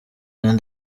jean